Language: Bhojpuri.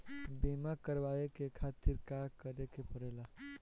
बीमा करेवाए के खातिर का करे के पड़ेला?